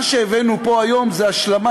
מה שהבאנו פה היום זו השלמה,